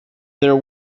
there